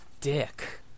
dick